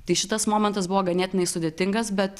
tai šitas momentas buvo ganėtinai sudėtingas bet